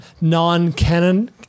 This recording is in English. non-canon